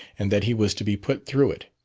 and that he was to be put through it.